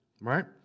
right